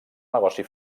negoci